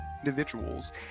individuals